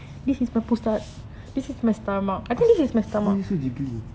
why is it so jiggly